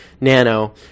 Nano